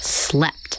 slept